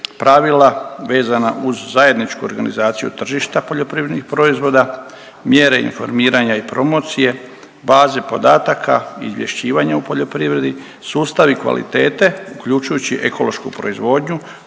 pravila vezana uz zajedničku organizaciju tržišta poljoprivrednih proizvoda, mjere informiranja i promocije, baze podataka, izvješćivanje o poljoprivredi, sustavi kvaliteti uključujući ekološku proizvodnju,